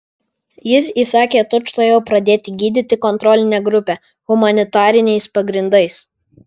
jis įsakė tučtuojau pradėti gydyti kontrolinę grupę humanitariniais pagrindais